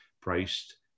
priced